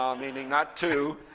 um meaning not two.